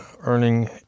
earning